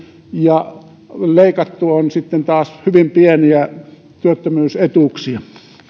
ja leikattu on sitten taas hyvin pieniä työttömyysetuuksia